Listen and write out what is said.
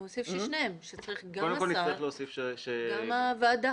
הוא הוסיף ששניהם, שגם השר, גם הוועדה.